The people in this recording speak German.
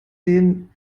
den